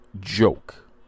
joke